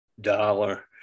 dollar